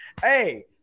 hey